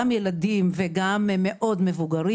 גם ילדים וגם מאוד מבוגרים.